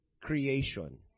creation